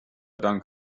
dank